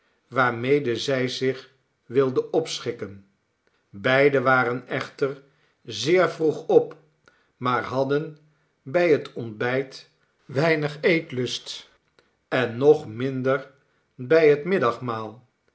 waarmede zij zich wilde opschikken beide waren echter zeer vroeg op maar hadden bij het ontbijt weinig eetlust en nog minder bij het